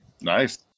Nice